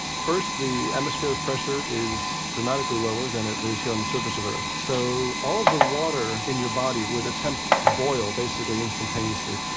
first, the atmospheric pressure is dramatically lower than it is here on the surface of earth. so, all the water in your body would attempt to boil, basically, instantaneously.